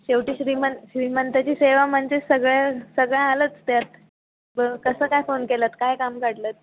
शेवटी श्रीमंत श्रीमंताची सेवा म्हणजे सगळं सगळं आलंच त्यात ब कसा काय फोन केला आहात काय काम काढलं आहेत